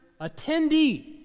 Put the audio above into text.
attendee